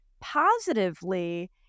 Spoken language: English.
positively